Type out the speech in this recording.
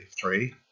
three